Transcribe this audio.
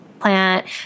plant